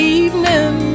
evening